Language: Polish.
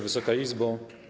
Wysoka Izbo!